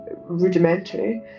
rudimentary